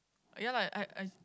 ya lah I I